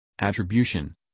Attribution